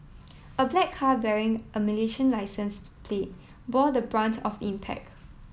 a black car bearing a Malaysian licence plate bore the brunt of the impact